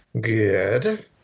Good